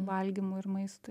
valgymui ir maistui